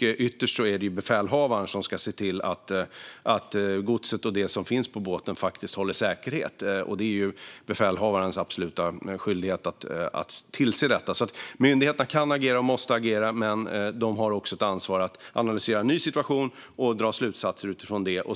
Ytterst är det befälhavaren som ska se till att godset och det som finns på båten håller säkerhet. Det är befälhavarens absoluta skyldighet att tillse detta. Myndigheterna kan och måste agera, men de har också ett ansvar att analysera en ny situation och dra slutsatser utifrån den.